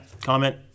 comment